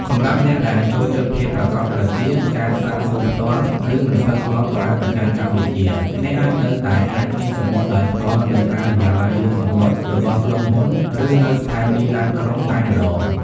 សម្រាប់អ្នកដែលចូលចិត្តភាពប្រាកដប្រជា ការសាកសួរផ្ទាល់ ឬមិនសូវធ្លាប់ប្រើបច្ចេកវិទ្យា អ្នកនៅតែអាច ទិញសំបុត្រដោយផ្ទាល់នៅការិយាល័យលក់សំបុត្ររបស់ក្រុមហ៊ុន ឬនៅស្ថានីយ៍ឡានក្រុង តែម្តង។